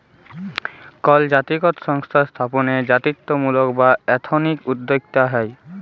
call জাতিগত সংস্থা স্থাপনে জাতিত্বমূলক বা এথনিক উদ্যক্তা হ্যয়